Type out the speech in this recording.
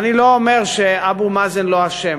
אני לא אומר שאבו מאזן לא אשם.